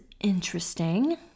interesting